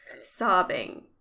sobbing